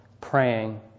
Praying